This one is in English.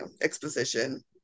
exposition